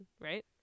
right